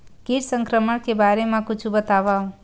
कीट संक्रमण के बारे म कुछु बतावव?